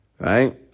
right